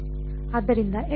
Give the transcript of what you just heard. ಆದ್ದರಿಂದ x̂ ಘಟಕ ಇರುತ್ತದೆ